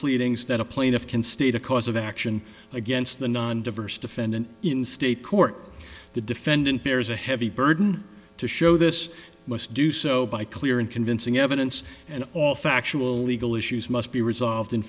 pleadings that a plaintiff can state a cause of action against the non diverse defendant in state court the defendant bears a heavy burden to show this must do so by clear and convincing evidence and all factual legal issues must be resolved in